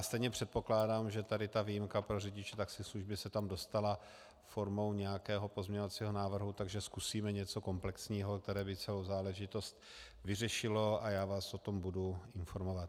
Stejně předpokládám, že tady ta výjimka pro řidiče taxislužby se tam dostala formou nějakého pozměňovacího návrhu, takže zkusíme něco komplexního, co by celou záležitost vyřešilo, a já vás o tom budu informovat.